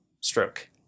stroke